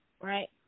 Right